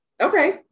Okay